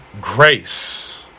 Grace